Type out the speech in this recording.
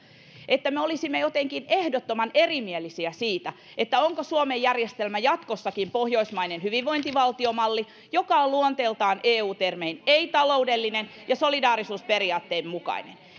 että me olisimme jotenkin ehdottoman erimielisiä siitä onko suomen järjestelmä jatkossakin pohjoismainen hyvinvointivaltiomalli joka on luonteeltaan eu termein ei taloudellinen ja solidaarisuusperiaatteen mukainen siltä